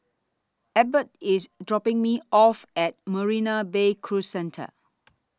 Ebert IS dropping Me off At Marina Bay Cruise Centre